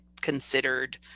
considered